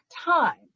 time